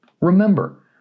Remember